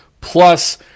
plus